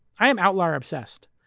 i'm outlier obsessed,